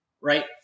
right